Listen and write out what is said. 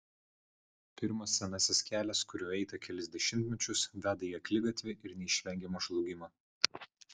pirmas senasis kelias kuriuo eita kelis dešimtmečius veda į akligatvį ir neišvengiamą žlugimą